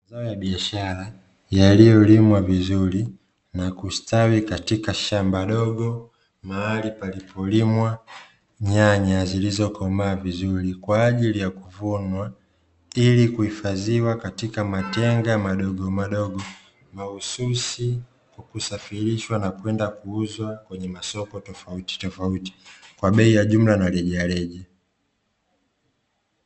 Mazao ya biashara yaliyolimwa vizuri na kustawi katika shamba dogo, mahali palipo limwa nyanya zilizokomaa vizuri kwa ajili ya kuvunwa ilikuhifadhiwa katika matenga madogomadogo, mahususi kwa kusafirishwa na kwenda kuuzwa kwenye masoko tofautitofauti kwa bei ya jumla na rejareja.